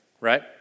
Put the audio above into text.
right